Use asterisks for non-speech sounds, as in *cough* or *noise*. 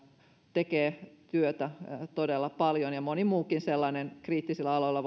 tekee työtä todella paljon ja moni muukin sellainen kriittisillä aloilla *unintelligible*